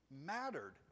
mattered